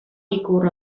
ikur